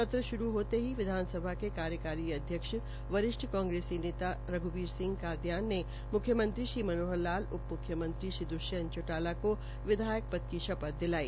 सत्र श्रू होते ही विधानसभा के कार्यकारी अधयक्ष वरिष्ठ कांग्रेसी नेता रघ्बीर सिंह कादयान ने म्ख्यमंत्री श्री मनोहरलाल उप म्ख्यमंत्री श्री द्वष्यंत चौटाला को विधायक पद की शपथ् दिलाई